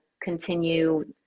continue